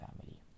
family